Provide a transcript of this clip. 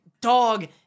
dog